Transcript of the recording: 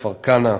כפר-כנא,